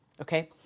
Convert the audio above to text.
Okay